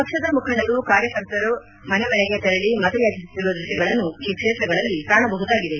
ಪಕ್ಷದ ಮುಖಂಡರು ಕಾರ್ಯಕರ್ತರು ಮನೆ ಮನೆಗೆ ತೆರಳಿ ಮತಯಾಚಿಸುತ್ತಿರುವ ದೃಶ್ಯಗಳನ್ನು ಈ ಕ್ಷೇತ್ರಗಳಲ್ಲಿ ಕಾಣಬಹುದಾಗಿದೆ